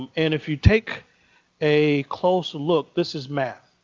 and if you take a closer look, this is math.